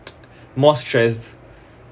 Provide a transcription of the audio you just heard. more stress